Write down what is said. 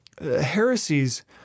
heresies